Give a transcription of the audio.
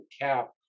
cap